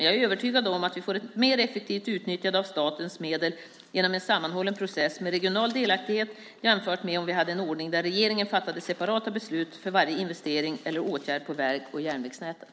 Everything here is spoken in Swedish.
Jag är övertygad om att vi får ett mer effektivt utnyttjande av statens medel genom en sammanhållen process, med regional delaktighet, jämfört med om vi hade en ordning där regeringen fattade separata beslut för varje investering eller åtgärd på väg och järnvägsnäten.